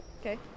Okay